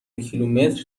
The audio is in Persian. کیلومتر